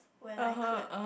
when I could